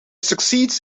succeeds